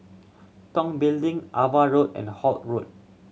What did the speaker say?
Tong Building Ava Road and Holt Road